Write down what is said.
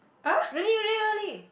really really really